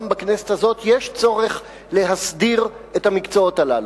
גם בכנסת הזאת, יש צורך להסדיר את המקצועות הללו,